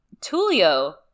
Tulio